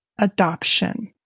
Adoption